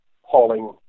hauling